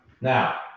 Now